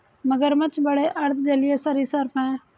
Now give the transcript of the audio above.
मगरमच्छ बड़े अर्ध जलीय सरीसृप हैं